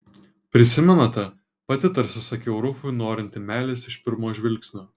prisimenate pati tarsi sakiau rufui norinti meilės iš pirmo žvilgsnio